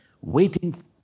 waiting